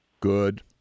good